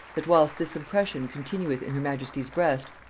that whilst this impression continueth in her majesty's breast,